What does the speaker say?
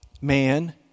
Man